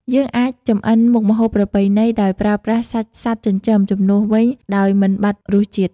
យើងអាចចម្អិនមុខម្ហូបប្រពៃណីដោយប្រើប្រាស់សាច់សត្វចិញ្ចឹមជំនួសវិញដោយមិនបាត់រសជាតិ។